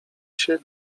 się